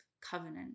covenant